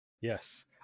Yes